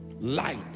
Light